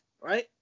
right